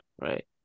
Right